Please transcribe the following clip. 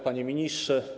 Panie Ministrze!